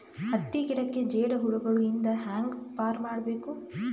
ಹತ್ತಿ ಗಿಡಕ್ಕೆ ಜೇಡ ಹುಳಗಳು ಇಂದ ಹ್ಯಾಂಗ್ ಪಾರ್ ಮಾಡಬೇಕು?